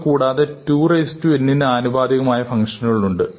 ഇവ കൂടാതെ 2n നു ആനുപാതികമായ ഫങ്ഷനുകൾ ഉണ്ട്